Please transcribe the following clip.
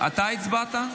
אתה הצבעת?